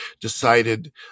decided